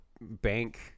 bank